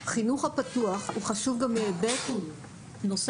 החינוך הפתוח הוא חשוב גם בהיבט נוסף,